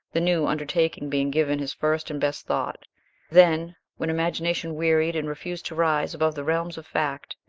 the new undertaking being given his first and best thought then, when imagination wearied and refused to rise above the realms of fact,